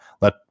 let